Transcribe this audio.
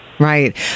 Right